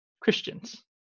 Christians